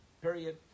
period